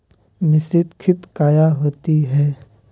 मिसरीत खित काया होती है?